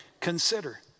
consider